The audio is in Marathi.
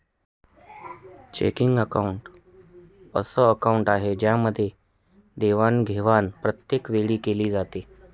चेकिंग अकाउंट अस अकाउंट आहे ज्यामध्ये देवाणघेवाण प्रत्येक वेळी केली जाते